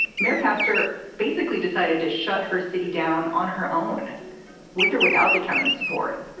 mayor kastor basically decided to shut her city down on her own with or without the county support